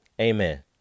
amen